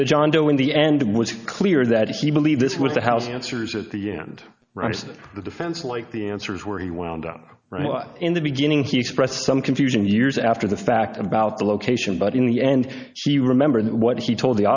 did john doe in the end was clear that he believed this was the house answers at the end of the defense like the answers where he wound up in the beginning he expressed some confusion years after the fact about the location but in the end he remembered what he told the